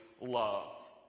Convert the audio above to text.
love